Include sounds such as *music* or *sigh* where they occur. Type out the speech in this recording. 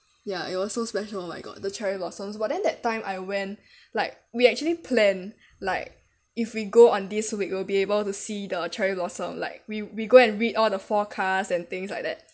ya it was so special oh my god the cherry blossom but then that time I went *breath* like we actually plan like if we go on this week we'll be able to see the cherry blossom like we we go and read all the forecast and things like that